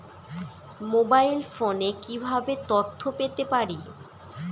Mobile ফোনে কিভাবে তথ্য পেতে পারি?